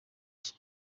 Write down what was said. iki